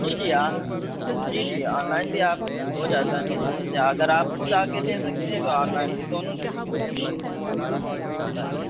جی جی جی جی آن لائن بھی ہو جاتا ہے میرے یہاں اگر آپ خود آکے لے سکتے ہیں تو آن لائن بھی دونوں طریقے سے میرے یہاں سے ہوتا ہے